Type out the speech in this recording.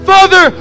Father